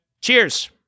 cheers